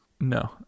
no